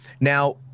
Now